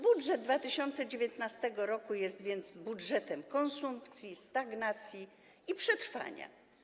Budżet 2019 r. jest więc budżetem konsumpcji, stagnacji i przetrwania.